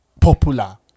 popular